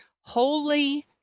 Holy